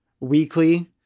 weekly